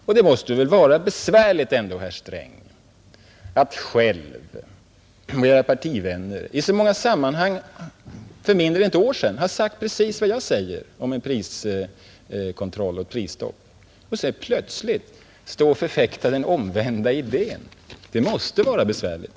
Och det måste väl ändå vara besvärligt, herr Sträng, att själv och andra partivänner i så många sammanhang för mindre än ett år sedan sagt precis vad jag säger om en priskontroll och prisstopp och sedan plötsligt stå och förfäkta den omvända idén. Det måste vara besvärligt.